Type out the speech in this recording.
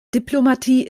diplomatie